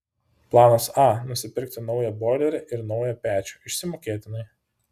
planas a nusipirkti naują boilerį ir naują pečių išsimokėtinai